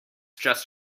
just